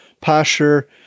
posture